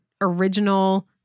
original